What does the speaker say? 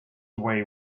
away